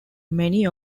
many